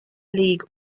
league